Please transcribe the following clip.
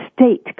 state